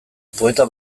poeta